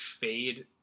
fade